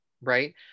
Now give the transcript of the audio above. Right